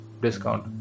discount